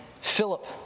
Philip